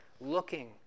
Looking